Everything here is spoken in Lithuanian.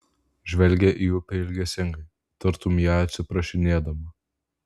žvelgia į upę ilgesingai tartum ją atsiprašinėdama